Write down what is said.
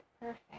perfect